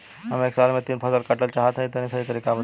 हम एक साल में तीन फसल काटल चाहत हइं तनि सही तरीका बतावा?